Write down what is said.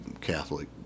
Catholic